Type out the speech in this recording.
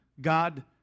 God